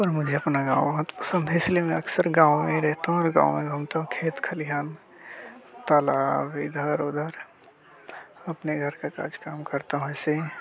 और मुझे अपना गाँव बहुत पसंद है इसलिए मैं अक्सर गाँव में ही रहता हूँ और गाँव में घूमता हूँ खेत खलिहान तालाब इधर उधर अपने घर का काज काम करता हूँ ऐसे ही